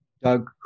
Doug